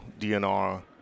DNR